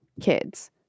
kids